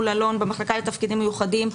מול אלון במחלקה לתפקידים מיוחדים,